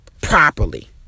properly